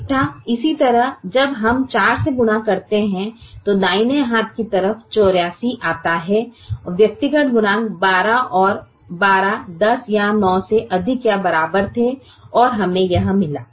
इसी तरह जब हम 4 से गुणा करते हैं तो दाहिने हाथ की तरफ 84 तक आ जाता है व्यक्तिगत गुणांक 12 और 12 10 या 9 से अधिक या बराबर थे और हमें यह मिला